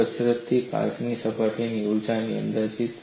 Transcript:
તે કસરતથી તે કાચની સપાટીની ઊર્જાનો અંદાજ 0